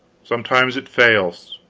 sometimes it fails.